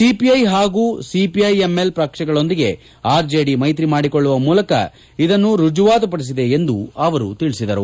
CPI ಹಾಗೂ CPIML ಪಕ್ಷಗಳೊಂದಿಗೆ RJD ಮೈತ್ರಿ ಮಾಡಿಕೊಳ್ಳುವ ಮೂಲಕ ಇದನ್ನು ರುಜುವಾತು ಪದಿಸಿದೆ ಎಂದು ಅವರು ಆರೋಪಿಸಿದರು